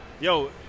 Yo